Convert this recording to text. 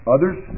Others